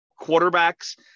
quarterbacks